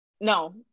No